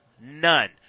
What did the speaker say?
none